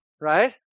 Right